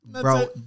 bro